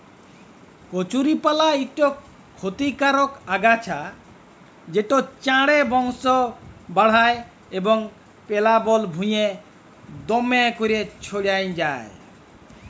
কচুরিপালা ইকট খতিকারক আগাছা যেট চাঁড়ে বংশ বাঢ়হায় এবং পেলাবল ভুঁইয়ে দ্যমে ক্যইরে ছইড়াই যায়